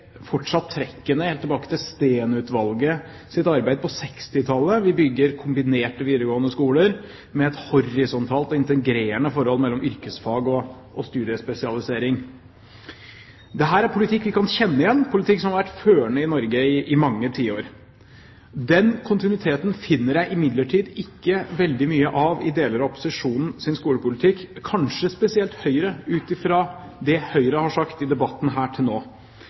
fortsatt trekkene helt tilbake til Steen-komiteens arbeid på 1960-tallet. Vi bygger kombinerte videregående skoler med et horisontalt og integrerende forhold mellom yrkesfag og studiespesialisering. Dette er politikk vi kan kjenne igjen, politikk som har vært førende i Norge i mange tiår. Den kontinuiteten finner jeg imidlertid ikke veldig mye av i deler av opposisjonens skolepolitikk, kanskje spesielt gjelder det Høyre ut fra det Høyre har sagt i debatten her til nå.